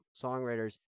songwriters